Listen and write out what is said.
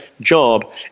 job